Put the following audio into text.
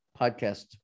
podcast